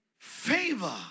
Favor